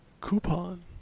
Coupon